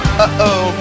Uh-oh